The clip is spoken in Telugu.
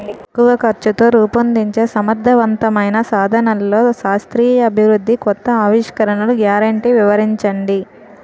తక్కువ ఖర్చుతో రూపొందించే సమర్థవంతమైన సాధనాల్లో శాస్త్రీయ అభివృద్ధి కొత్త ఆవిష్కరణలు గ్యారంటీ వివరించండి?